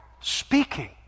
speaking